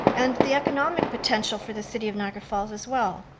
and the economic potential for the city of niagara falls as well,